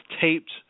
taped